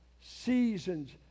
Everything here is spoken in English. seasons